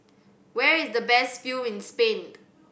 where is the best view in Spain